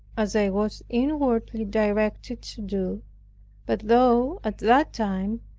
as i was inwardly directed to do but though, at that time,